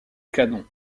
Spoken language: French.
canon